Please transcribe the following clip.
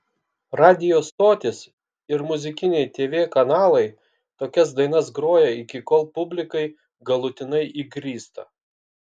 radijo stotys ir muzikiniai tv kanalai tokias dainas groja iki kol publikai galutinai įgrysta